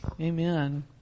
Amen